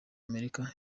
amerika